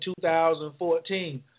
2014